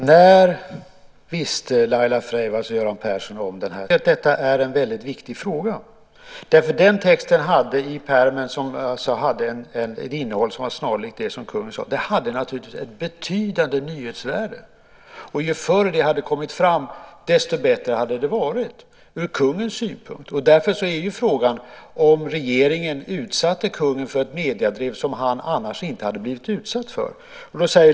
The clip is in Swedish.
Herr talman! När visste Laila Freivalds och Göran Persson om den här texten? Jag tycker att detta är en viktig fråga. Den texten i pärmen, som hade ett innehåll som var snarlikt det som kungen sade, hade naturligtvis ett betydande nyhetsvärde. Ju förr det hade kommit fram, desto bättre hade det varit ur kungens synpunkt. Därför är frågan om regeringen utsatte kungen för ett mediedrev som han annars inte hade blivit utsatt för.